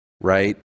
right